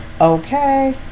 Okay